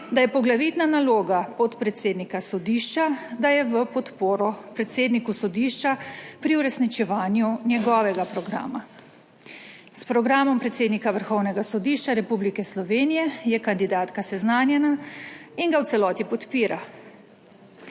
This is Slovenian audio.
da je poglavitna naloga podpredsednika sodišča, da je v podporo predsedniku sodišča pri uresničevanju njegovega programa. S programom predsednika Vrhovnega sodišča Republike Slovenije je kandidatka seznanjena in ga v celoti podpira.